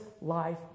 life